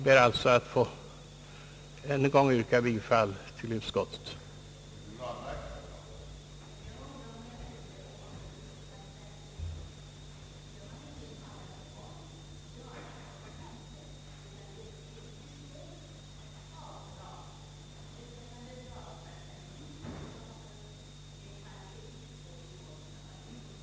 Jag ber att än en gång få yrka bifall till utskottets förslag.